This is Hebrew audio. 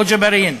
או ג'בארין,